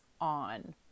on